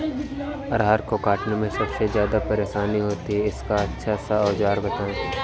अरहर को काटने में सबसे ज्यादा परेशानी होती है इसका अच्छा सा औजार बताएं?